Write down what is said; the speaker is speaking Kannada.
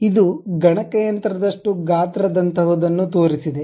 ಇದು ಗಣಕಯಂತ್ರದಷ್ಟು ಗಾತ್ರದಂತಹದನ್ನು ತೋರಿಸಿದೆ